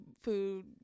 food